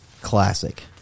Classic